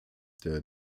der